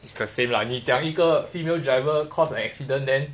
it's the same lah 你讲一个 female driver caused an accident then